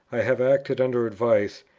i have acted under advice,